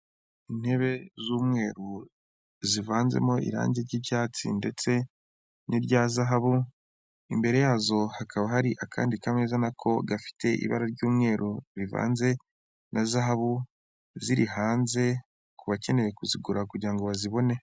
Intebe z'umweru zivanzemo irangi ry'icyatsi ndetse n'irya zahabu imbere yazo hakaba hari akandi kameza n'ako gafite ibara ry'umweru rivanze na zahabu ziri hanze ku bakeneye kuzigura kugirango ngo bazibone.